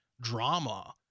drama